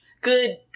good